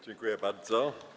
Dziękuję bardzo.